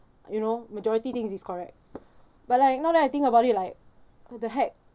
you know majority think is correct but like now that I think about it like what the heck